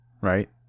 Right